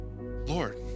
Lord